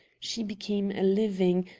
she became a living,